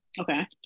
Okay